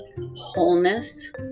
wholeness